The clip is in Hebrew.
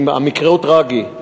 המקרה הוא טרגי.